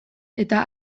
eta